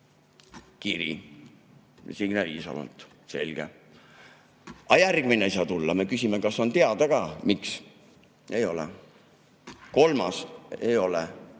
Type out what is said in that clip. Kiri Signe Riisalolt, selge. Aga järgmine ei saa tulla. Me küsime, kas on teada ka, miks. Ei ole. Kolmas – ei ole.